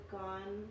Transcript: gone